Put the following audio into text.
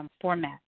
format